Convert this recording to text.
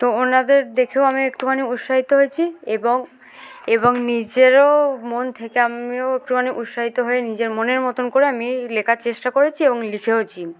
তো ওনাদের দেখেও আমি একটুখানি উৎসাহিত হয়েছি এবং এবং নিজেরও মন থেকে আমিও একটুখানি উৎসাহিত হয়ে নিজের মনের মতন করে আমি লেখার চেষ্টা করেছি এবং লিখেওছি